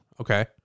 Okay